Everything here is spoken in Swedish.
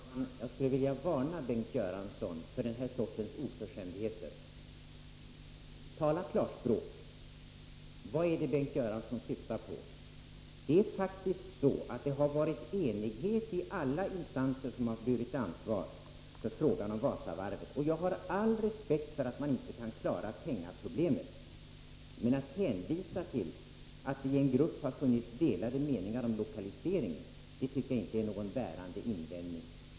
Herr talman! Jag skulle vilja varna Bengt Göransson för den här sortens oförskämdheter. Tala klarspråk! Vad är det Bengt Göransson syftar på? Det har faktiskt varit enighet i alla instanser som har burit ansvar för frågan om Wasavarvet. Jag har all respekt för att man inte kan lösa pengaproblemet. Men att det i en grupp har funnits delade meningar om lokaliseringen tycker jag inte är någon bärande invändning.